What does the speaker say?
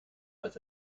als